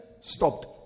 stopped